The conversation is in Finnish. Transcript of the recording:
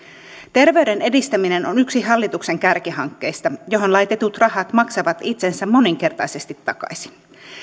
terveyden edistäminen on yksi hallituksen kärkihankkeista johon laitetut rahat maksavat itsensä moninkertaisesti takaisin